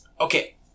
okay